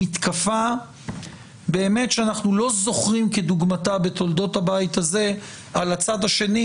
מתקפה באמת שאנחנו לא זוכרים כדוגמתה בתולדות הבית הזה על הצד השני,